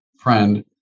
friend